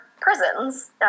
prisons